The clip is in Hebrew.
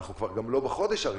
אנחנו כבר גם לא בחודש הראשון.